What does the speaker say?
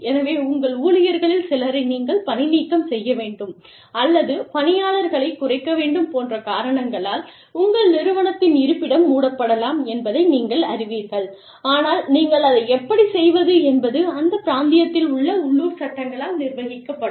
எனவே உங்கள் ஊழியர்களில் சிலரை நீங்கள் பணி நீக்கம் செய்ய வேண்டும் அல்லது பணியாளர்களைக் குறைக்க வேண்டும் போன்ற காரணங்களால் உங்கள் நிறுவனத்தின் இருப்பிடம் மூடப்படலாம் என்பதை நீங்கள் அறிவீர்கள் ஆனால் நீங்கள் அதை எப்படிச் செய்வது என்பது அந்த பிராந்தியத்தில் உள்ள உள்ளூர் சட்டங்களால் நிர்வகிக்கப்படும்